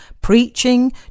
preaching